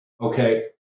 Okay